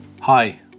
Hi